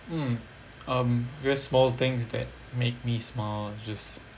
mm um guess small things that make me smile just